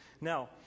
now